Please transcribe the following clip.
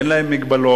אין להם הגבלות,